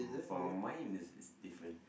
for mine is is different